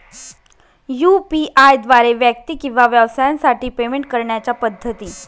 UPI द्वारे व्यक्ती किंवा व्यवसायांसाठी पेमेंट करण्याच्या पद्धती